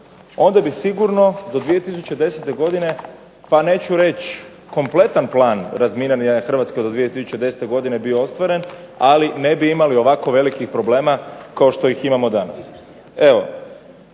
onda bi sigurno do 2010. godine pa neću reći kompletan plan razminiranja Hrvatske do 2010. godine bio ostvaren, ali ne bi imali ovako velikih problema kao što ih imamo danas.